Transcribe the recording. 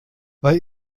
weil